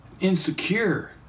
insecure